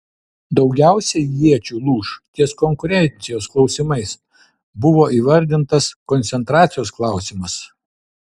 daugiausiai iečių lūš ties konkurencijos klausimais buvo įvardintas koncentracijos klausimas